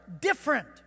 different